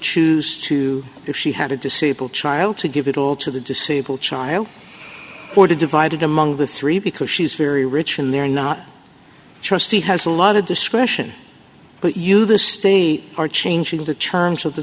choose to if she had a disabled child to give it all to the disabled child or to divide it among the three because she's very rich and they're not trustee has a lot of discretion but you the state are changing the charms of the